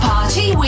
Party